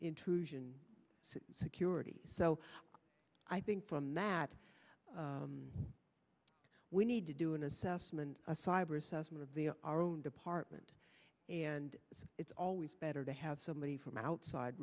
intrusion security so i think from that we need to do an assessment a cyber assessment of the our own department and it's always better to have somebody from outside